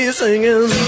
singing